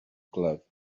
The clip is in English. glove